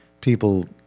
people